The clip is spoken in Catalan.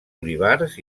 olivars